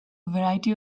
variety